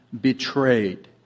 betrayed